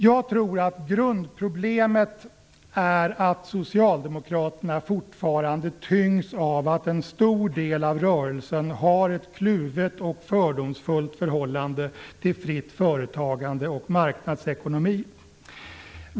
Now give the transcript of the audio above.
Jag tror att grundproblemet är att Socialdemokraterna fortfarande tyngs av att en stor del av rörelsen har ett kluvet och fördomsfullt förhållande till fritt företagande och marknadsekonomi.